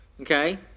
okay